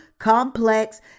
complex